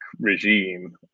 regime